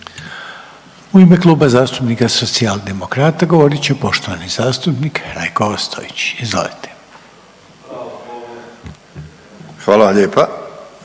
U ime Kluba zastupnika Socijaldemokrata govorit će poštovani zastupnik Zvane Brumnić. Izvolite. **Brumnić,